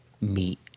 meet